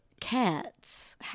cats